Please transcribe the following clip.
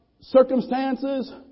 circumstances